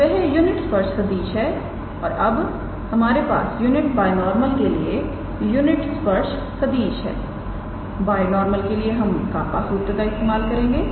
तो वह यूनिट स्पर्श सदिश है अब हमारे पास यूनिट बाय नॉर्मल के लिए यूनिट स्पर्श सदिश है और बायनॉर्मल के लिए हम कापा सूत्र का इस्तेमाल करेंगे